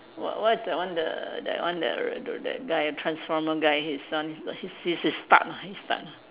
what what is that one the that one the the that guy transformer guy his son he's he's he's Stark lah he's Stark lah